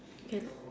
okay